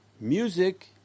Music